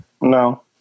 No